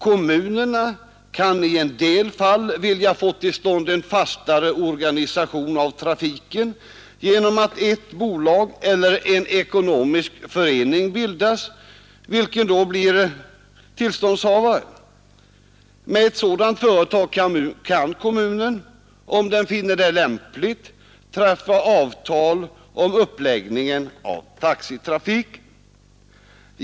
Kommunerna kan i en del fall vilja få till stånd en fastare organisation av trafiken genom att ett bolag eller en ekonomisk förening bildas, som då blir tillståndshavare. Med ett sådant företag kan kommunen, om den finner det lämpligt, träffa avtal om uppläggningen av taxitrafiken.